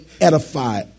edify